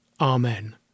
amen